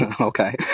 Okay